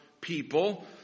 people